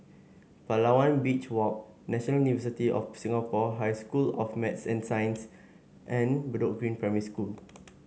Palawan Beach Walk National University of Singapore High School of Math and Science and Bedok Green Primary School